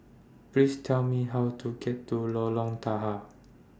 Please Tell Me How to get to Lorong Tahar